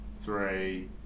three